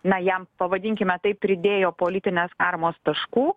na jam pavadinkime tai pridėjo politinės karmos taškų